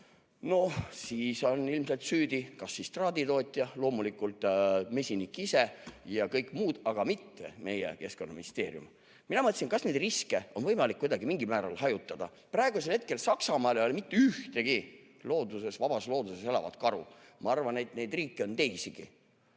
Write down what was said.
läbi, on ilmselt süüdi kas traaditootja, loomulikult mesinik ise ja kõik teised, aga mitte meie Keskkonnaministeerium. Mina mõtlesin, kas neid riske on võimalik mingil määral hajutada. Praegu ei ole Saksamaal mitte ühtegi vabas looduses elavat karu. Ma arvan, et neid riike on teisigi.